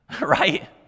Right